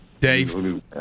Dave